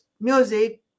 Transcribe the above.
music